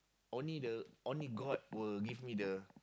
only the only god will give me the